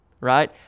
right